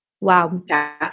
Wow